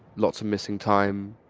lots of missing time